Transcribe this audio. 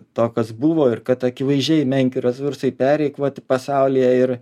to kas buvo ir kad akivaizdžiai menkių resursai pereikvoti pasaulyje ir